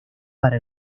para